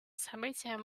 событиям